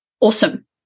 Awesome